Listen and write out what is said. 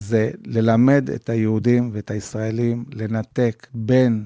זה ללמד את היהודים ואת הישראלים לנתק בין